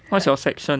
what's your section